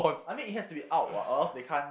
I mean it has to be out [what] or else they can't